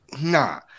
nah